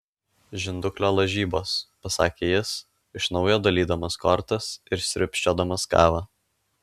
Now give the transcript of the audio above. žinduklio lažybos pasakė jis iš naujo dalydamas kortas ir sriubčiodamas kavą